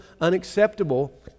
unacceptable